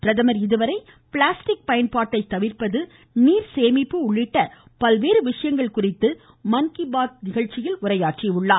பிரதமர் இதுவரை பிளாஸ்டிக் பயன்பாட்டை தவிர்ப்பது நீர்சேமிப்பு உள்ளிட்ட பல்வேறு விசயங்கள் குறித்து உரையாற்றியுள்ளார்